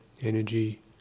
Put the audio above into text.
energy